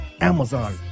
Amazon